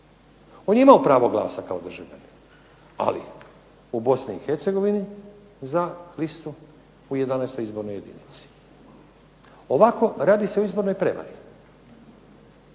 On je imao pravo glasa kao državljanin, ali u Bosni i Hercegovini za listu u 11. izbornoj jedinici. Ovako radi se o izbornoj prevari.